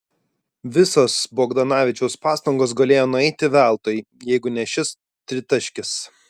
visos bogdanovičiaus pastangos galėjo nueiti veltui jeigu ne šis tritaškis